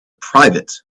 private